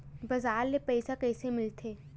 बजार ले पईसा कइसे मिलथे?